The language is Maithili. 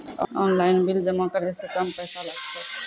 ऑनलाइन बिल जमा करै से कम पैसा लागतै?